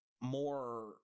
more